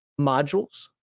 modules